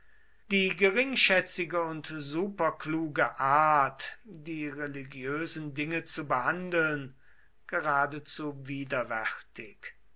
die geringschätzige und superkluge art die religiösen dinge zu behandeln geradezu widerwärtig